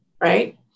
right